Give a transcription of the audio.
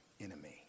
enemy